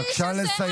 בבקשה לסיים.